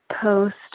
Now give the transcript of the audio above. post